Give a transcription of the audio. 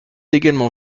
également